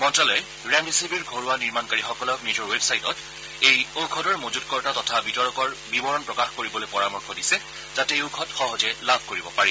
মন্তালয়ে ৰেমডিচিৱিৰ ঘৰুৱা নিৰ্মাণকাৰীসকলক নিজৰ বেৱছাইটত এই ঔষধৰ মজুতকৰ্তা তথা বিতৰকৰ বিৱৰণ প্ৰকাশ কৰিবলৈ পৰামৰ্শ দিছে যাতে এই ঔষধ সহজে লাভ কৰিব পাৰি